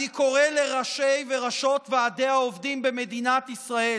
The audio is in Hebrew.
אני קורא לראשי וראשות ועדי העובדים במדינת ישראל: